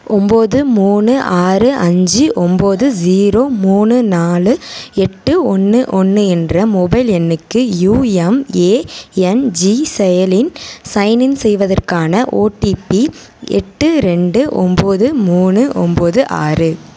ஒம்பது மூணு ஆறு அஞ்சு ஒம்பது ஸீரோ மூணு நாலு எட்டு ஒன்று ஒன்று என்ற மொபைல் எண்ணுக்கு யுஎம்எஎன்ஜி செயலியில் சைன்இன் செய்வதற்கான ஓடிபி எட்டு ரெண்டு ஒம்பது மூணு ஒம்பது ஆறு